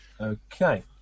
Okay